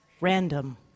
random